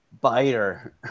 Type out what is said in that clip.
biter